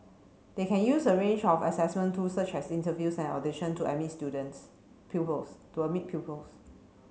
they can use a range of assessment tools such as interviews and audition to admit students pupils to admit pupils